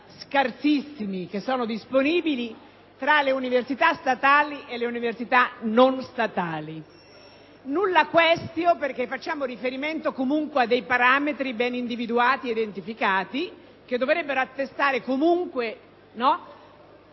scarsissimi fondi disponibili tra le università statali e non statali. *Nulla quaestio*, perché facciamo riferimento comunque a dei parametri ben individuati ed identificati, che dovrebbero attestare comunque